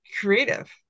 creative